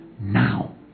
now